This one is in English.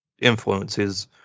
influences